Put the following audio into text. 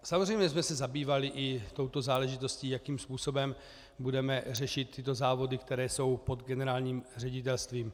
Samozřejmě jsme se zabývali i touto záležitostí, jakým způsobem budeme řešit tyto závody, které jsou pod generálním ředitelstvím.